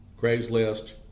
Craigslist